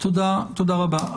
תודה רבה.